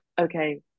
okay